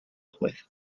juez